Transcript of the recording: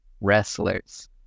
wrestlers